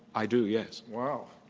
i do, yes. wow.